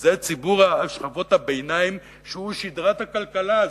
וזה ציבור שכבות הביניים שהוא שדרת הכלכלה הזאת,